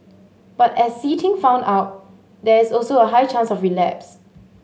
but as See Ting found out there is also a high chance of relapse